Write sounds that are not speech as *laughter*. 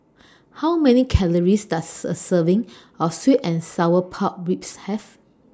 How Many *noise* Calories Does A Serving of Sweet and Sour Pork Ribs Have